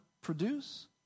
produce